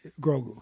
Grogu